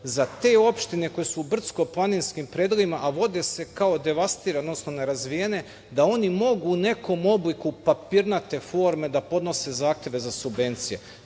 za te opštine koje su u brdsko-planinskim predelima, a vode se kao devastirane, odnosno nerazvijene da one mogu u nekom obliku papirnate forme da podnose zahteve za subvencije. Tu